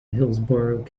hillsborough